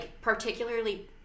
particularly